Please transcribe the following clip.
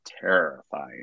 terrifying